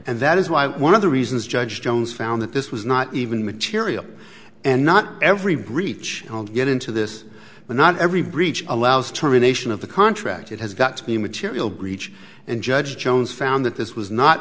and that is why one of the reasons judge jones found that this was not even material and not every breach get into this but not every breach allows terminations of the contract it has got to be a material breach and judge jones found that this was not